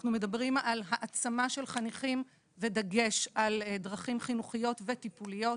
אנחנו מדברים על העצמה של חניכים ודגש על דרכים חינוכיות וטיפוליות.